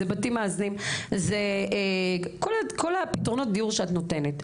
זה בתים מאזנים, זה כל פתרונות הדיור שאת נותנת.